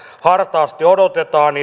hartaasti odotetaan